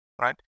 right